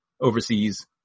overseas